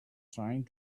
trying